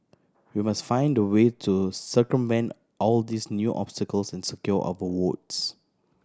we must find a way to circumvent all these new obstacles and secure our votes